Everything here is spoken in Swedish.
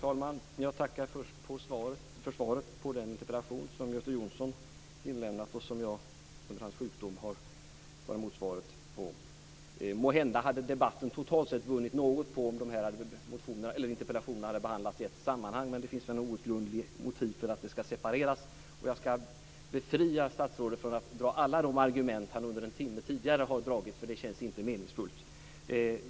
Fru talman! Jag tackar först för svaret på den interpellation som Göte Jonsson har inlämnat, och som jag under hans sjukdom har tagit emot svaret på. Måhända hade debatten totalt sett vunnit något på om de här interpellationerna hade behandlats i ett sammanhang, men det finns väl något outgrundligt motiv till att de ska separeras. Jag ska befria statsrådet från att dra alla de argument som han under en timme tidigare har dragit. Det känns inte meningsfullt.